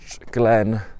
Glenn